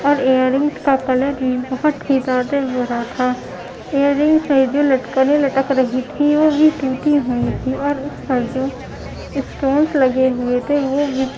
اور earring کا colour بھی بہت ہی زیادہ برا تھا ایر رنگ کے جو لٹکنیں لٹک رہی تھی وہ بھی ٹوٹی ہوئیں تھی اور اس پر جو اسٹیمپ لگے ہوئے تھے وہ بھی